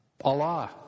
Allah